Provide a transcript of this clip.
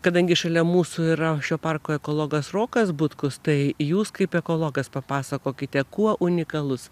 kadangi šalia mūsų yra šio parko ekologas rokas butkus tai jūs kaip ekologas papasakokite kuo unikalus